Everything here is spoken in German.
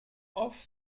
off